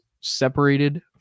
separated